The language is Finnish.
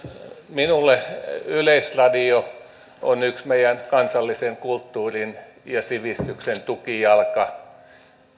minulle yleisradio on yksi meidän kansallisen kulttuurin ja sivistyksen tukijalka